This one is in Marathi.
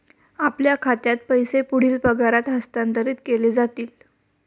आपल्या खात्यात पैसे पुढील पगारात हस्तांतरित केले जातील